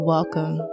Welcome